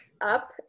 up